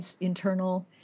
internal